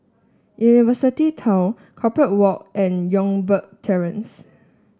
University Town Corpora Walk and Youngberg Terrace